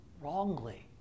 wrongly